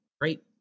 great